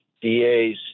DAs